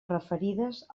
referides